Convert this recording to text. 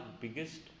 biggest